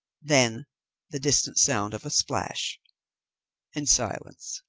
then the distant sound of a splash and silence.